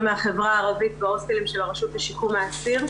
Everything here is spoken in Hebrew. מהחברה הערבית בהוסטלים של הרשות לשיקום האסיר,